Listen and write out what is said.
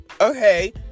okay